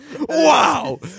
Wow